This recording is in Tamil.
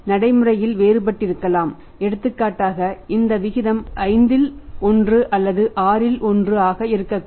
நடைமுறையில் வேறுபட்டிருக்கலாம் எடுத்துக்காட்டாக இந்த விகிதம் 5 1 அல்லது 6 1 ஆக இருக்கக்கூடும்